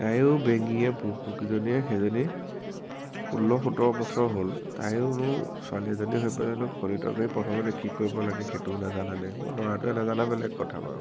তায়ো বেঙীয়ে বুৰ্বকজনীয়ে সেইজনী ষোল্ল সোতৰ বছৰ হ'ল তায়োনো ছোৱালী এজনী হৈ পেলাইনো কণী তৰকাৰীত প্ৰথমতে কি কৰিব লাগে সেইটোও নাজানেনে লৰাটোৱে নজনা বেলেগ কথা বাৰু